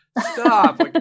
stop